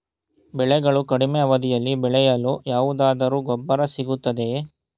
ಬೆಳೆಗಳು ಕಡಿಮೆ ಅವಧಿಯಲ್ಲಿ ಬೆಳೆಯಲು ಯಾವುದಾದರು ಗೊಬ್ಬರ ಸಿಗುತ್ತದೆಯೇ?